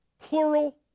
plural